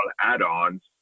add-ons